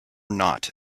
not